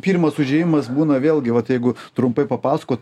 pirmas užėjimas būna vėlgi vat jeigu trumpai papasakot